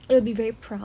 you'll be very proud